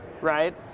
right